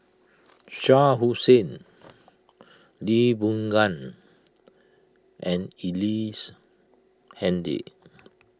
Shah Hussain Lee Boon Ngan and Ellice Handy